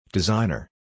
Designer